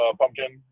pumpkin